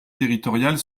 territoriales